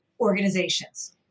organizations